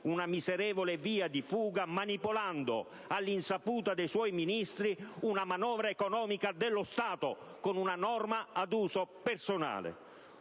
una miserevole via di fuga manipolando, all'insaputa dei suoi Ministri, la manovra economica dello Stato con una norma ad uso personale.